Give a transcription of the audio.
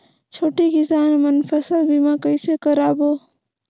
छोटे किसान मन फसल बीमा कइसे कराबो?